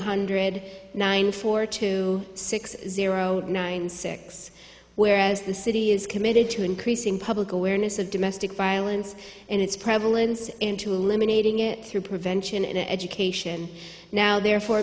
hundred nine four two six zero nine six whereas the city is committed to increasing public awareness of domestic violence and its prevalence and to eliminating it through prevention and education now therefore